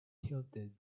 tilted